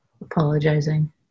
apologizing